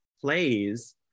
plays